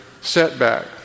setback